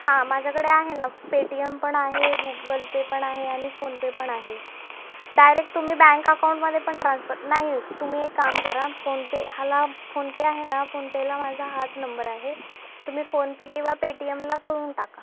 हां माझ्याकडे आहे ना पेटीएम पण आहे गुगल पे पण आहे आणि फोनपे पण आहे डायरेक्ट तुम्ही बँक अकाउंटमध्ये पण ट्रान्सफर नाही तुम्ही एक काम करा फोनपे ह्याला फोनपे आहे ना फोनपेला माझा हाच नंबर आहे तुम्ही फोनपे किंवा पेटीएमला करून टाका